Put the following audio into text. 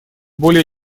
более